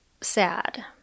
sad